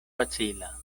facila